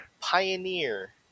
Pioneer